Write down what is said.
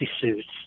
suits